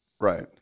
Right